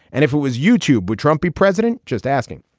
and if it was youtube, would trump be president? just asking.